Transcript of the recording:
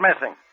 missing